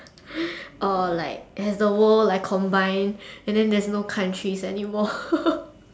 or like has the world like combined and then there's no countries anymore